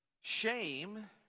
Shame